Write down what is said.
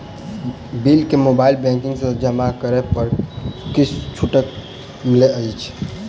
Bill केँ mobile banking सँ जमा करै पर किछ छुटो मिलैत अछि की?